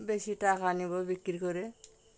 বেশি টাকা নেব বিক্রি করে